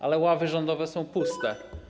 Ale ławy rządowe są puste.